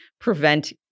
prevent